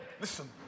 Listen